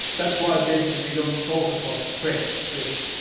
that's why basically we don't talk about stress, just